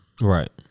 Right